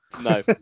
No